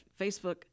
Facebook